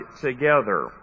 together